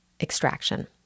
extraction